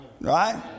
Right